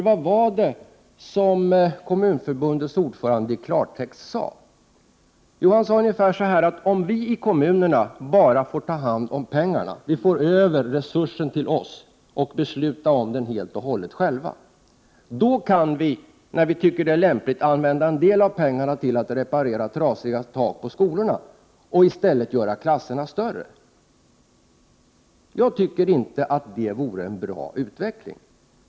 Vad sade Kommunförbundets ordförande egentligen i klartext? Jo, han sade ungefär på följande sätt: Om vi i kommunerna bara får ta hand om pengarna när man för över resurser till oss och besluta om dem helt och hållet själva, kan vi när vi tycker att det är lämpligt använda en del av pengarna till att reparera trasiga tak på skolorna och i stället göra klasserna större. Jag tycker inte att det vore en bra utveckling.